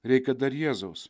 reikia dar jėzaus